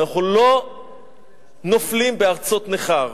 ואנחנו לא נופלים בארצות נכר.